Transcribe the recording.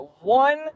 one